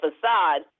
facade